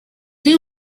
new